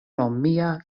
romia